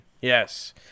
yes